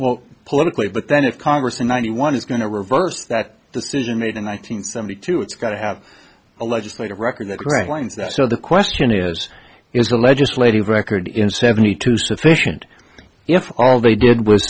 well politically but then if congress in ninety one is going to reverse that decision made in one nine hundred seventy two it's got to have a legislative record the great lines that so the question is is the legislative record in seventy two sufficient if all they did was